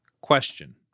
Question